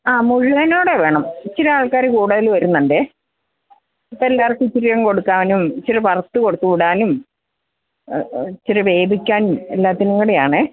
ആ മുഴുവനോടെ വേണം ഇച്ചിരെ ആൾക്കാർ കൂടുതൽ വരുന്നുണ്ടേ അപ്പം എല്ലാവർക്കും ഇച്ചിരി അങ്ങ് കൊടുക്കാനും ഇച്ചിരി വറുത്ത് കൊടുത്ത് വിടാനും ഇച്ചിരി വേവിക്കാനും എല്ലാത്തിനും കൂടെയാണേ